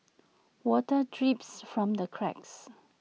water drips from the cracks